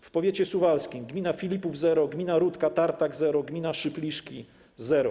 W powiecie suwalskim: gmina Filipów - zero, gmina Rutka-Tartak - zero, gmina Szypliszki - zero.